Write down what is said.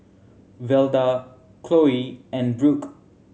Velda Chloie and Brooke